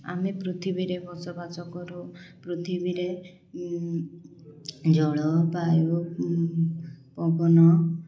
ଆମେ ପୃଥିବୀରେ ବସବାସ କରୁ ପୃଥିବୀରେ ଜଳ ବାୟୁ ପବନ